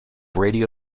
radio